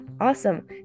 awesome